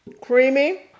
Creamy